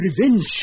revenge